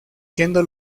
siendo